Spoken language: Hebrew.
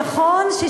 לא, לא.